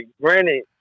granted